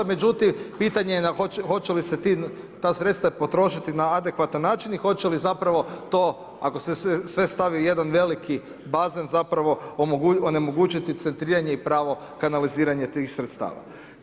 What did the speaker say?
Međutim, pitanje je hoće li se ta sredstva i potrošiti na adekvatan način i hoće li zapravo to, ako se sve stavi u jedan veliki bazen, zapravo, onemogućiti centriranje i pravo kanaliziranje tih sredstava.